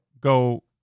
go